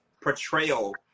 portrayal